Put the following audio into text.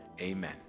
Amen